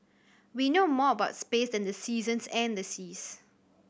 we know more about space than the seasons and the seas